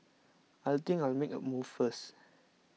I think I'll make a move first